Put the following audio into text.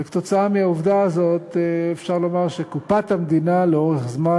וכתוצאה מהעובדה הזאת אפשר לומר שקופת המדינה לאורך זמן